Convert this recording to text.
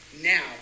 now